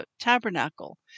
tabernacle